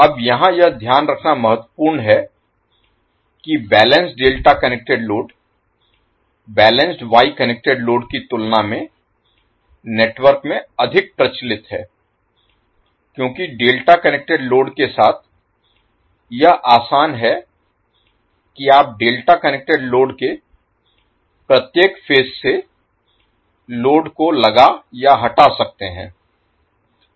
अब यहां यह ध्यान रखना महत्वपूर्ण है कि balanced delta connected load balanced Y connected load की तुलना में नेटवर्क में अधिक प्रचलित है क्योंकि डेल्टा कनेक्टेड लोड के साथ यह आसान है कि आप डेल्टा कनेक्टेड लोड के प्रत्येक फेज से लोड को लगा या हटा सकते हैं